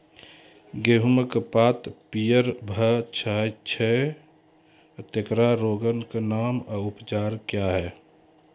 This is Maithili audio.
गेहूँमक पात पीअर भअ जायत छै, तेकरा रोगऽक नाम आ उपचार क्या है?